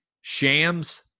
Shams